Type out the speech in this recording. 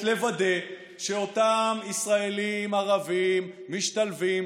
לוודא שאותם ישראלים ערבים משתלבים,